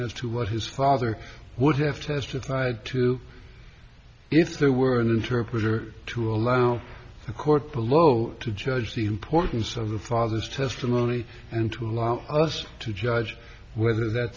as to what his father would have testified to if there were an interpreter to allow the court below to judge the importance of the father's testimony and to allow us to judge whether that